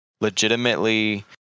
legitimately